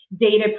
data